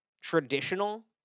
traditional